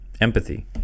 empathy